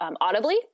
audibly